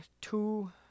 two